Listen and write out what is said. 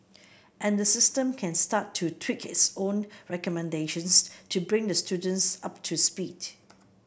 and the system can start to tweak its own recommendations to bring the students up to speed